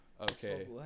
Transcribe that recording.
okay